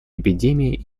эпидемии